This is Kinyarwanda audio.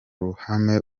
ruhame